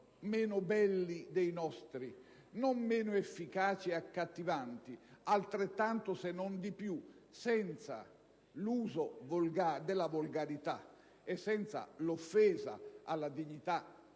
meno belli dei nostri, non meno efficaci e accattivanti, ma anzi lo siano altrettanto se non di più, senza l'uso della volgarità e senza l'offesa alla dignità